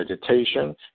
vegetation